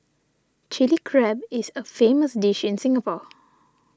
Chilli Crab is a famous dish in Singapore